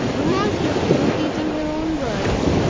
remorselessly repeating her own words.